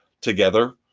together